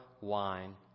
wine